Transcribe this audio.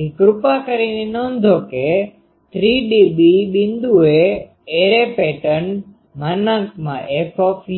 તેથી કૃપા કરીને નોંધો કે 3dB બિંદુએ એરે પેટર્ન FN1I૦2